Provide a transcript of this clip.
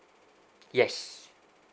yes